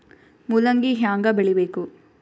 ಮೂಲಂಗಿ ಹ್ಯಾಂಗ ಬೆಳಿಬೇಕು?